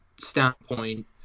standpoint